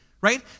right